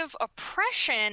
oppression